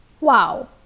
Wow